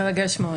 מרגש מאוד.